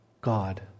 God